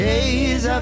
Days